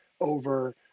over